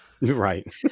Right